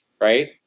right